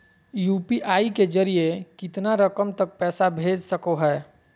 UPI के जरिए कितना रकम तक पैसा भेज सको है?